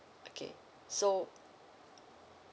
okay so